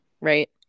Right